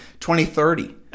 2030